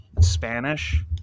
spanish